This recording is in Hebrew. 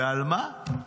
ועל מה?